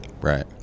Right